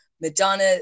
Madonna